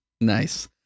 Nice